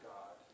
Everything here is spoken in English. God